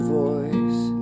voice